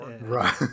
right